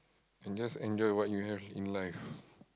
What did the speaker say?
and just enjoy what you have in life